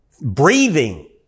breathing